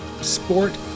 sport